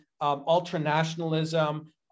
ultra-nationalism